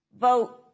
Vote